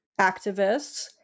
activists